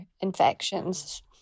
infections